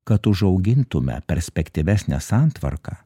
kad užaugintume perspektyvesnę santvarką